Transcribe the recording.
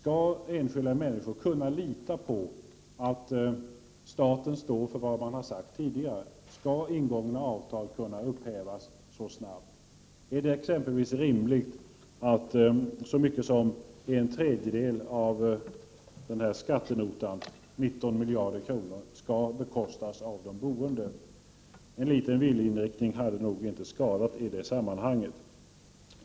Kan enskilda människor lita på att staten står för tidigare uttalanden? Skall ingångna avtal kunna upphävas så snabbt? Är det exempelvis rimligt att så mycket som en tredjedel av skattenotan, som är på 19 miljarder, skall bekostas av de boende? Det hade inte skadat med åtminstone en antydan om viljeinriktningen i det sammanhanget.